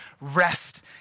rest